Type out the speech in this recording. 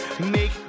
make